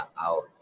out